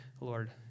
Lord